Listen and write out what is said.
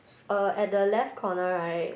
uh at the left corner right